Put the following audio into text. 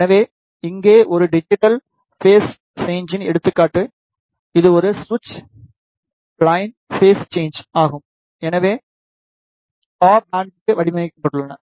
எனவே இங்கே ஒரு டிஜிட்டல் பேஸ் சேன்ஜின் எடுத்துக்காட்டு இது ஒரு சுவிட்ச் லைன் பேஸ் சேன்ஜ் ஆகும் இது கா பேண்ட்க்கு வடிவமைக்கப்பட்டுள்ளது